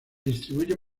distribuye